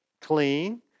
clean